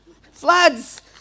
Floods